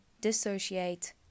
dissociate